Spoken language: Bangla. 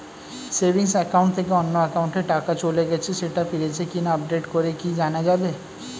সেভিংস একাউন্ট থেকে অন্য একাউন্টে টাকা চলে গেছে সেটা ফিরেছে কিনা আপডেট করে কি জানা যাবে?